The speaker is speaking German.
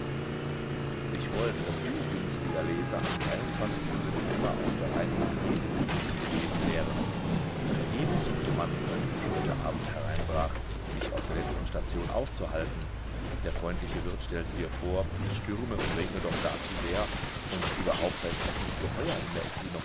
ich wollte daß du günstiger leser am dreiundzwanzigsten september auf der reise nach dresden begriffen gewesen wärest vergebens suchte man als der späte abend hereinbrach dich auf der letzten station aufzuhalten der freundliche wirt stellte dir vor es stürme und regne doch gar zu sehr und überhaupt sei es auch nicht geheuer in der